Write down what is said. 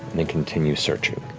and he continues searching.